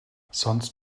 sonst